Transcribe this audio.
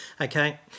Okay